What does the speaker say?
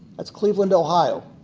that's cleveland, ohio.